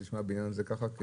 ויגידו: הבניין הזה ככה וככה,